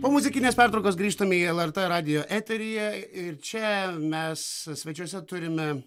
po muzikinės pertraukos grįžtam į lrt radijo eteryje ir čia mes svečiuose turime